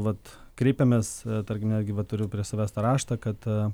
vat kreipiamės tarkim netgi va turiu prie savęs tą raštą kad